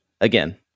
Again